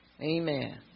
Amen